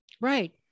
right